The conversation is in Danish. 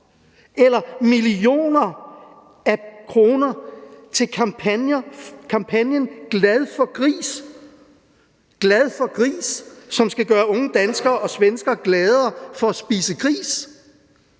eller millioner af kroner til kampagnen »Glad for gris«, som skal gøre unge danskere og svenskere gladere for at spise gris.